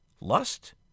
Lust